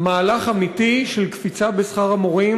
מהלך אמיתי של קפיצה בשכר המורים.